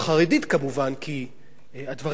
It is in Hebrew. הדברים האלה מתפרסמים רק שם,